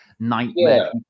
Nightmare